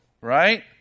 right